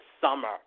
summer